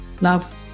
Love